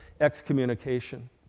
excommunication